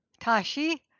Tashi